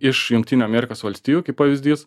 iš jungtinių amerikos valstijų pavyzdys